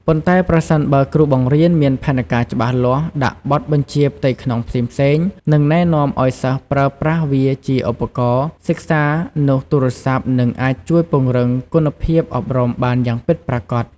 ប៉ុន្តែប្រសិនបើគ្រូបង្រៀនមានផែនការច្បាស់លាស់ ដាក់បទបញ្ជាផ្ទៃក្នុងផ្សេងៗ និងណែនាំឲ្យសិស្សប្រើប្រាស់វាជាឧបករណ៍សិក្សានោះទូរស័ព្ទ នឹងអាចជួយពង្រឹងគុណភាពអប់រំបានយ៉ាងពិតប្រាកដ។